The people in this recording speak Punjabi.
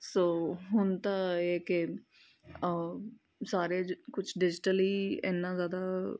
ਸੋ ਹੁਣ ਤਾਂ ਇਹ ਕਿ ਸਾਰੇ ਜੇ ਕੁਛ ਡਿਜੀਟਲੀ ਇੰਨਾ ਜ਼ਿਆਦਾ